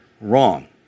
wrong